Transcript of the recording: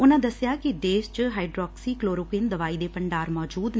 ਉਨੂਾਂ ਦਸਿਆ ਕਿ ਦੇਸ਼ ਵਿਚ ਹਾਈਡਰੋਕਸੀਕਲੋਰੋਕੁਟੀਨ ਦਵਾਈ ਦੇ ਭੰਡਾਰ ਮੌਜੂਦ ਨੇ